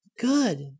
Good